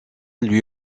lui